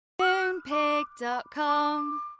Moonpig.com